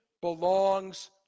belongs